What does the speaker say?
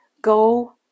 go